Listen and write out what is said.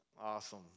Awesome